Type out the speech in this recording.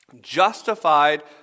justified